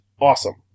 awesome